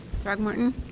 Throgmorton